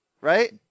Right